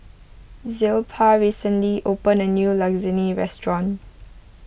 Zilpah recently opened a new Lasagne restaurant